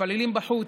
מתפללים בחוץ,